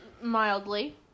mildly